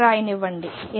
అని రాయనివ్వండి